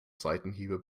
seitenhiebe